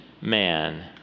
man